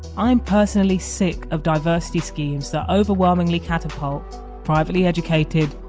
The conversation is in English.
i'm personally sick of diversity schemes that overwhelmingly catapult privately educated,